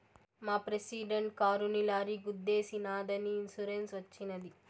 మా ప్రెసిడెంట్ కారుని లారీ గుద్దేశినాదని ఇన్సూరెన్స్ వచ్చినది